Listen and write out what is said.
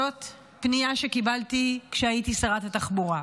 זאת פנייה שקיבלתי כשהייתי שרת התחבורה.